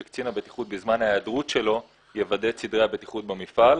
שקצין הבטיחות זמן ההיעדרות שלו יוודא את סדרי הבטיחות במפעל,